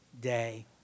day